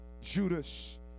Judas